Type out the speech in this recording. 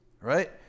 right